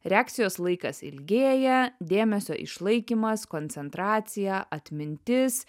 reakcijos laikas ilgėja dėmesio išlaikymas koncentracija atmintis